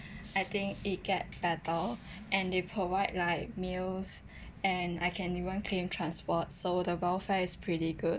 I think it get better and they provide like meals and I can even claim transport so the welfare is pretty good